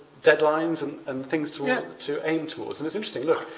deadlines and and things to and to aim towards. and it's interesting. look,